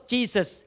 Jesus